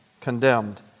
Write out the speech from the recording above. condemned